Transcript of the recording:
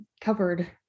covered